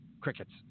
crickets